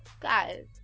guys